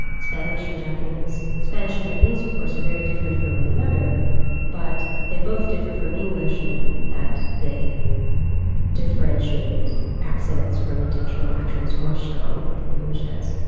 spanish and japanese. and spanish and japanese of course are very different from one another but they both differ from english in that they differentiate accidents from intentional actions more strongly than english does.